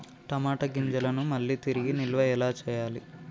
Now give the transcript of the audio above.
టమాట గింజలను మళ్ళీ తిరిగి నిల్వ ఎలా చేయాలి?